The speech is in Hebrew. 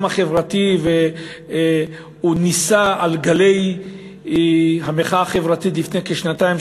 החברתי והוא נישא על גלי המחאה החברתית לפני כשנתיים,